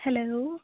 hello